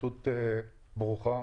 פשוט החליק,